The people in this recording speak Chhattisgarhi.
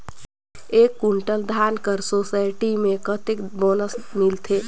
एक कुंटल धान कर सोसायटी मे कतेक बोनस मिलथे?